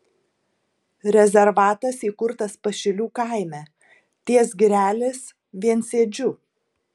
rezervatas įkurtas pašilių kaime ties girelės viensėdžiu